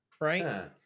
right